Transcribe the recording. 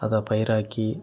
அதை பயிராக்கி